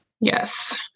Yes